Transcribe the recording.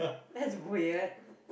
that's weird